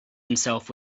himself